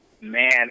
Man